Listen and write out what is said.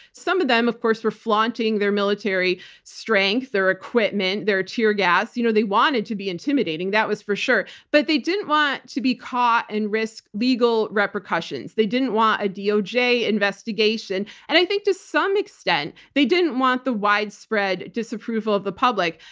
some of them, of course, were flaunting their military strength, their equipment, their teargas. you know they wanted to be intimidating, that was for sure. but they didn't want to be caught and risk legal repercussions. they didn't want a doj investigation. and i think to some extent, they didn't want the widespread disapproval of the public.